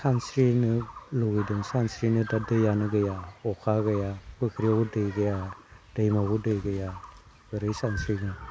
सानस्रिनो लुगैदों सानस्रिनोथ' दैयानो गैया अखा गैया फुख्रियाव दै गैया दैमायावबो दै गैया बोरै सानस्रिनो